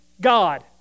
God